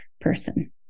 person